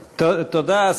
תודה.